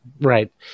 right